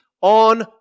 on